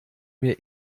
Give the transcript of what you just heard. mir